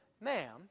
Ma'am